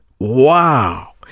Wow